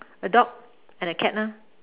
a dog and a cat lah